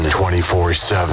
24-7